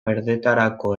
berdetarako